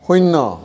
শূণ্য